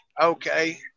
Okay